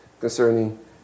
concerning